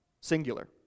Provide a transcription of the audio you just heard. singular